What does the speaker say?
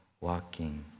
walking